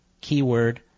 keyword